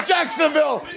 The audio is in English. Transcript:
Jacksonville